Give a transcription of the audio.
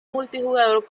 multijugador